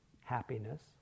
happiness